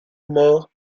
mort